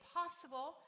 possible